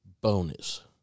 bonus